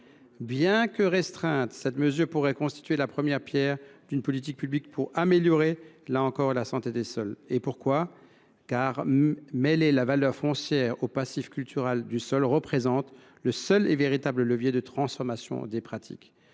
Bien que restreinte, cette mesure pourrait constituer la première pierre d’une politique publique pour améliorer la santé des sols. En effet, mêler la valeur foncière au passif cultural du sol est le seul et véritable levier de transformation des pratiques.